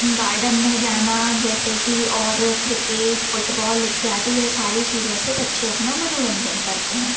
garden में जाना जैसे कि और क्रिकेट फुटबॉल इत्यादि ये सारी चीज़ों से बच्चे अपना मनोरंजन करते हैं